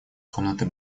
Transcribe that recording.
комнаты